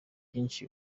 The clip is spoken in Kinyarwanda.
byinshi